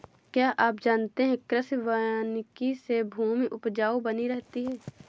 क्या आप जानते है कृषि वानिकी से भूमि उपजाऊ बनी रहती है?